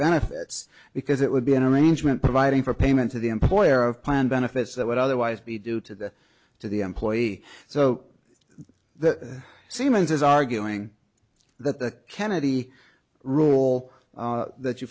benefits because it would be an arrangement providing for payment to the employer of plan benefits that would otherwise be due to the to the employee so the seaman's is arguing that the kennedy rule that you